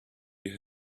you